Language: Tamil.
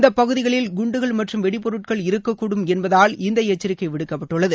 இந்த பகுதிகளில் குண்டுகள் மற்றும் வெடிப்பொருட்கள் இருக்கக்கூடும் என்பதால் இந்த எச்சரிக்கை விடுக்கப்பட்டுள்ளது